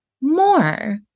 more